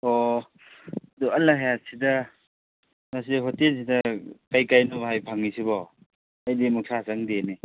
ꯑꯣ ꯑꯗꯨ ꯑꯜ ꯍꯌꯥꯠꯁꯤꯗ ꯑꯁꯤ ꯍꯣꯇꯦꯜꯁꯤꯗ ꯀꯩ ꯀꯩꯅꯣ ꯚꯥꯏ ꯐꯪꯉꯤꯁꯤꯕꯣ ꯑꯩꯗꯤ ꯃꯨꯛꯁꯥ ꯆꯪꯗꯦꯅꯦ